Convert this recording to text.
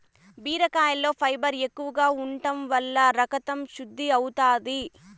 బీరకాయలో ఫైబర్ ఎక్కువగా ఉంటం వల్ల రకతం శుద్ది అవుతాది